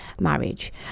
marriage